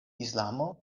islamo